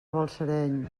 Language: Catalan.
balsareny